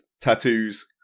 tattoos